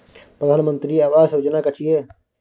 प्रधानमंत्री आवास योजना कि छिए?